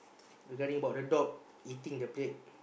regarding about the dog eating the plate